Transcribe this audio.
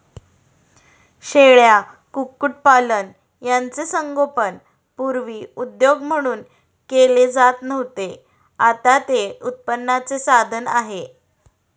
शेळ्या, कुक्कुटपालन यांचे संगोपन पूर्वी उद्योग म्हणून केले जात नव्हते, आता ते उत्पन्नाचे साधन आहे